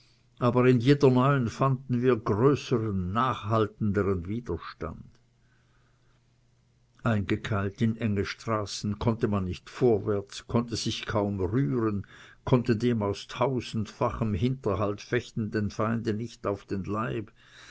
aber in jeder neuen fanden wir größern nachhaltendern widerstand eingekeilt in enge straßen konnte man nicht vorwärts konnte sich kaum rühren konnte dem aus tausendfachem hinterhalt fechtenden feinde nicht auf den leib